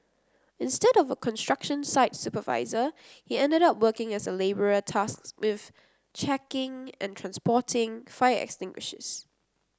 instead of a construction site supervisor he ended up working as a labourer tasked with checking and transporting fire extinguishers